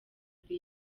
the